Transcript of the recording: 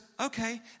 okay